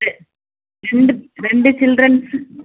ரெண்டு ரெண்டு சில்ட்ரன்ஸ்